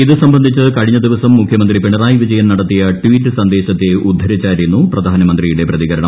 ഇതു സംബന്ധിച്ച് കഴിഞ്ഞ ദിവസം മുഖ്യമന്ത്രി പിണറായി വിജയൻ നടത്തിയ ട്വീറ്റ് സന്ദേശത്തെ ഉദ്ധരിച്ചായിരുന്നു പ്രധാനമന്ത്രിയുടെ പ്രതികരണം